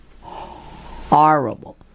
horrible